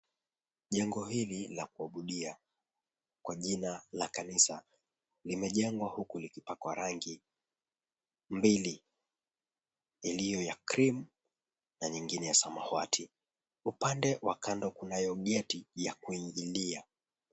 Jengo hili la kuabudia kwa jina la kanisa, limejengwa huku likipakwa rangi mbili, iliyo ya cream na nyingine ya samawati. Upande wa kando kunayo geti ya kuingilia.